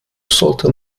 sollte